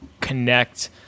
connect